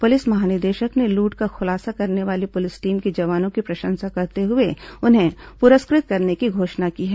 police महानिदेशक ने लूट का खुलासा करने वाली पुलिस टीम के जवानों की प्रशंसा करते हुए उन्हें पुरस्कृत करने की घोषणा की है